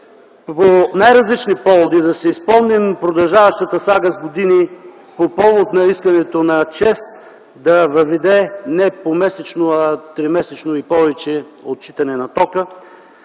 по най-различни поводи. Да си спомним продължаващата сага с години по повод искането на ЧЕЗ да въведе не помесечно, а тримесечно и повече отчитане на тока,